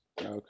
Okay